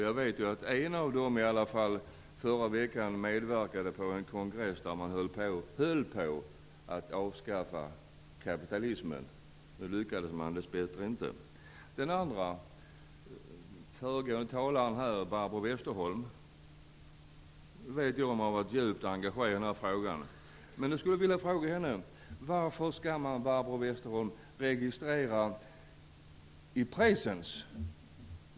Jag vet att en av dem i alla fall förra veckan medverkade på en kongress där man höll på att avskaffa kapitalismen. Nu lyckades man dess bättre inte. Jag vet att föregående talare här, Barbro Westerholm, har varit djupt engagerad i den här frågan. Jag skulle vilja fråga henne: Varför skall man, Barbro Westerholm, registrera i presens?